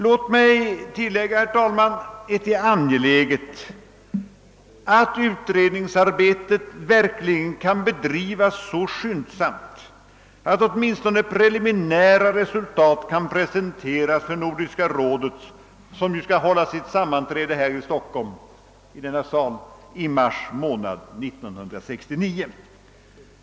Låt mig tillägga, herr talman, att det är angeläget att utredningsarbetet verkligen kan bedrivas så skyndsamt att åtminstone preliminära resultat kan presenteras för Nordiska rådet, som skall sammanträda i Stockholm i detta hus under mars månad 1969.